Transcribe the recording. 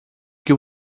que